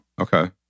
Okay